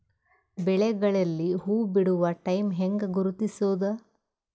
ಬೆಳೆಗಳಲ್ಲಿ ಹೂಬಿಡುವ ಟೈಮ್ ಹೆಂಗ ಗುರುತಿಸೋದ?